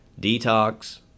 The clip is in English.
detox